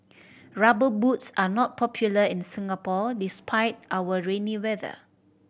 Rubber Boots are not popular in Singapore despite our rainy weather